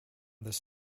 this